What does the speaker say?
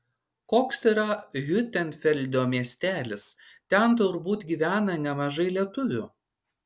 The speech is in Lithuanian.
koks yra hiutenfeldo miestelis ten turbūt gyvena nemažai lietuvių